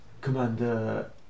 Commander